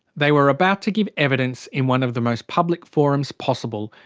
they were about to give evidence in one of the most public forums possible,